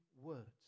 words